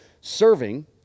serving